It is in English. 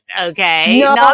okay